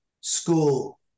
school